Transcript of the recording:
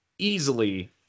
easily